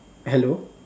hello